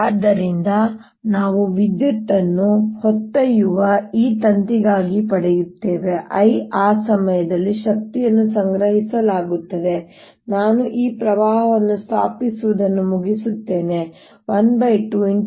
ಆದ್ದರಿಂದ ನಾವು ವಿದ್ಯುತ್ ಅನ್ನು ಹೊತ್ತೊಯ್ಯುವ ಈ ತಂತಿಗಾಗಿ ಪಡೆಯುತ್ತೇವೆ I ಆ ಸಮಯದಲ್ಲಿ ಶಕ್ತಿಯನ್ನು ಸಂಗ್ರಹಿಸಲಾಗುತ್ತದೆ ನಾನು ಈ ಪ್ರವಾಹವನ್ನು ಸ್ಥಾಪಿಸುವುದನ್ನು ಮುಗಿಸುತ್ತೇನೆ 12dr jr